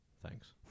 Thanks